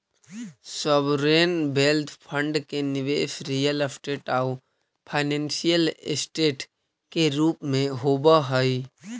sovereign wealth fund के निवेश real estate आउ फाइनेंशियल ऐसेट के रूप में होवऽ हई